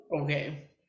okay